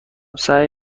سعی